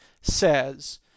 says